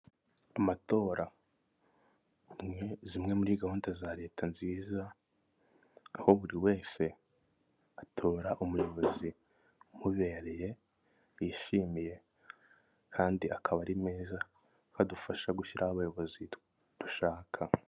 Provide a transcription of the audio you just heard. Amatora ni zimwe muri gahunda za leta nziza, aho buri wese atora umuyobozi umubereye, bishimiye kandi akaba ari mwiza badufasha gushyiraho abayobozi dushaka.